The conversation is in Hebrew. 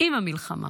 עם המלחמה.